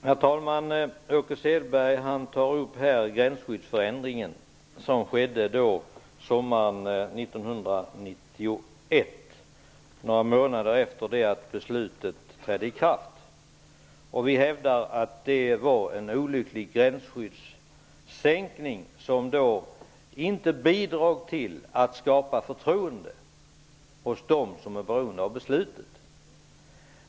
Herr talman! Åke Selberg tog upp den gränsskyddsförändring som skedde några månader efter det att beslutet trädde i kraft sommaren 1991. Vi hävdar att det var en olycklig gränsskyddssänkning, som inte bidrog till att skapa förtroende hos dem som är beroende av beslutet.